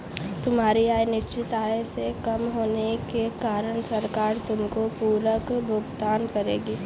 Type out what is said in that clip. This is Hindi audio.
तुम्हारी आय निश्चित आय से कम होने के कारण सरकार तुमको पूरक भुगतान करेगी